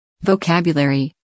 Vocabulary